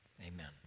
amen